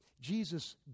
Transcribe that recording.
Jesus